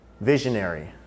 visionary